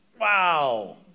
Wow